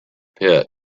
pit